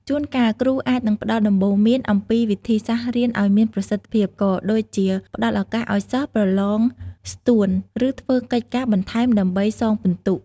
ជូនកាល គ្រូអាចនឹងផ្តល់ដំបូន្មានអំពីវិធីសាស្រ្តរៀនឲ្យមានប្រសិទ្ធភាព ក៏ដូចជាផ្តល់ឱកាសឲ្យសិស្ស ប្រឡងស្ទួន ឬធ្វើកិច្ចការបន្ថែមដើម្បីសងពិន្ទុ។